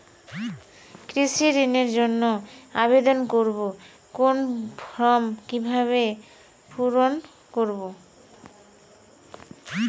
কৃষি ঋণের জন্য আবেদন করব কোন ফর্ম কিভাবে পূরণ করব?